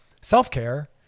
self-care